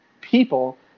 people